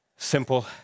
Simple